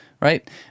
right